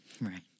Right